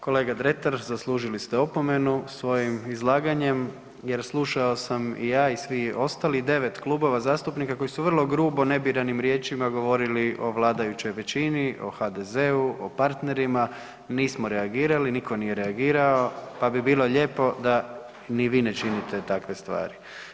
Kolega Dretar, zaslužili ste opomenu svojim izlaganjem jer slušao sam i ja i svi ostalih 9 klubova zastupnika koji su vrlo grubo nebiranim riječima govorili o vladajućoj većini, o HDZ-u, o partnerima, nismo reagirali, nitko nije reagirao pa bi bilo lijepo da ni vi ne činite takve stvari.